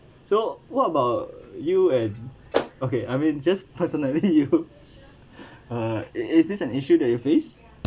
so what about you and okay I mean just personally you uh is this an issue that you face